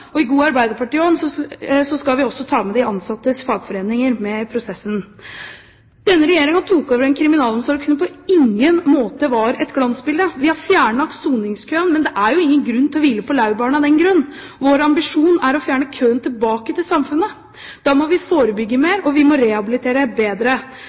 og i god arbeiderpartiånd skal vi også ta de ansattes fagforeninger med i prosessen. Denne regjeringen tok over en kriminalomsorg som på ingen måte var et glansbilde. Vi har fjernet soningskøen, men det er ingen grunn til å hvile på laurbærene av den grunn. Vår ambisjon er å fjerne køen tilbake til samfunnet. Da må vi forebygge mer, og vi må rehabilitere bedre.